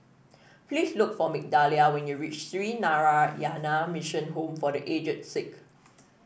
please look for Migdalia when you reach Sree Narayana Mission Home for The Aged Sick